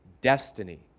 destiny